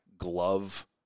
Glove